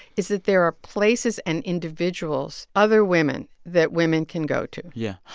is that there are places and individuals, other women that women can go to yeah.